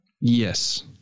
Yes